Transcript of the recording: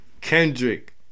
Kendrick